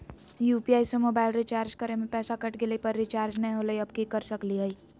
UPI से mobile recharge करे में पैसा कट गेलई, पर रिचार्ज नई होलई, अब की कर सकली हई?